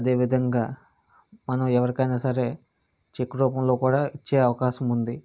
అదేవిధంగా మనం ఎవరికైనా సరే చెక్ రూపంలో కూడా ఇచ్చే అవకాశం ఉంది